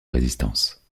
résistance